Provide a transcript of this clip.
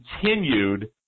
continued